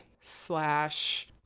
slash